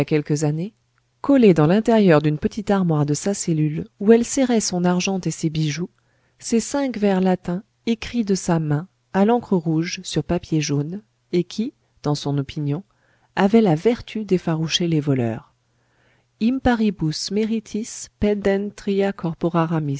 quelques années collés dans l'intérieur d'une petite armoire de sa cellule où elle serrait son argent et ses bijoux ces cinq vers latins écrits de sa main à l'encre rouge sur papier jaune et qui dans son opinion avaient la vertu d'effaroucher les voleurs imparibus meritis pendent tria corpora